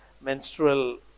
menstrual